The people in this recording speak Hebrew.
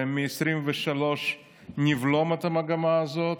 מ-2023 נבלום את המגמה הזאת